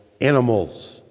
animals